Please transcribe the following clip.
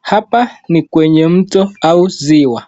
Hapa ni kwenye mto au ziwa.